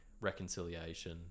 reconciliation